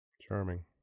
Charming